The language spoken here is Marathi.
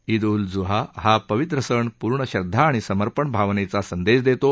ईद उल झुहा हा पवित्र सण पूर्ण श्रदधा आणि समर्पण भावनेचा संदेश देतो